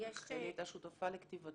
רחלי הייתה שותפה לכתיבתו.